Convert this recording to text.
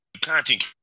content